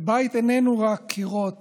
בית איננו רק קירות